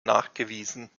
nachgewiesen